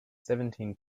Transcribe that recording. seventeen